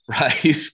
right